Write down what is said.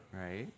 Right